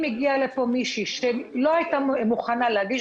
אם הגיעה לפה מישהי שלא הייתה מוכנה להגיש